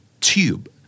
tube